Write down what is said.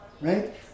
right